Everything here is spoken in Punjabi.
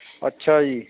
ਅੱਛਾ ਜੀ